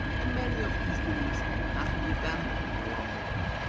and many of these beliefs have to be abandoned along the way.